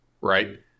right